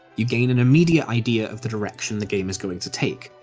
you gain an immediate idea of the direction the game is going to take,